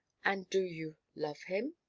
and do you love him?